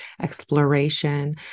exploration